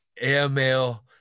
airmail